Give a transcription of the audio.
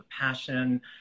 passion